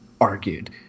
argued